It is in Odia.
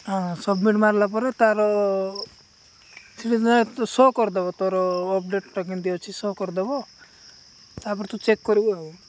ହଁ ସବମିଟ୍ ମାରିଲା ପରେ ତାର ସେ ସୋ କରିଦବ ତୋର ଅପଡ଼େଟଟା କେମିତି ଅଛି ସୋ କରିଦବ ତାପରେ ତୁ ଚେକ୍ କରିବୁ ଆଉ